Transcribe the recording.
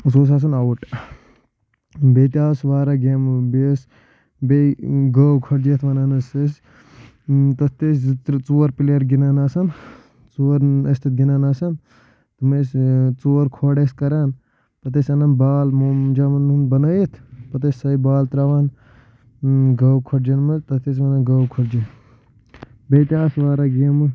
سُہ اوس آسان اَوُٹ بیٚیہِ تہِ آسہٕ واریاہ گیمہٕ بیٚیہِ ٲسۍ بیٚیہِ گاو کھۄڈجہِ یَتھ ونان ٲسۍ أسۍ تَتھ تہِ ٲسۍ زٕ ترٛےٚ ژور پٕلیر گنٛدان آسان ژور ٲسۍ تَتھ گنٛدان آسان تِم ٲسۍ ژور کھۄڈ ٲسۍ کَران پَتہٕ ٲسۍ اَنان بال موم جامن منٛز بَنٲوِتھ پَتہٕ ٲسۍ سوے بال تراوان گاو کھۄڈ جنٛگلہٕ تَتھ ٲسۍ ونان گاو کھۄڈجہِ جنٛگلہٕ بیٚیہِ تہِ آسہٕ واریاہ گیٚمہٕ